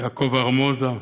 יעקב ארמונה,